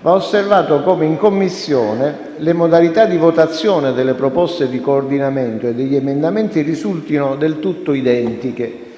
va osservato come in Commissione le modalità di votazione delle proposte di coordinamento e degli emendamenti risultino del tutto identiche,